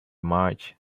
march